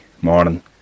morning